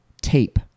tape